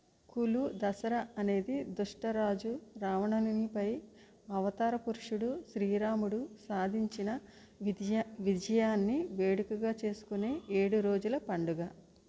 కులు దసరా అనేది దుష్ట రాజు రావణునిపై అవతార పురుషుడు శ్రీరాముడు సాధించిన విజ విజయాన్ని వేడుకగా చేసుకునే ఏడు రోజుల పండుగ